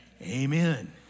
amen